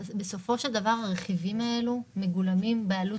בסופו של דבר הרכיבים האלו מגולמים בעלות